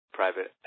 private